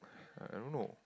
uh I don't know